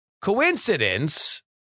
coincidence